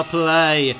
play